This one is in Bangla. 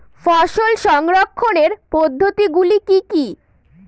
ফসল সংরক্ষণের পদ্ধতিগুলি কি কি?